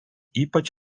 ypač